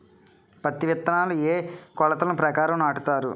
పత్తి విత్తనాలు ఏ ఏ కొలతల ప్రకారం నాటుతారు?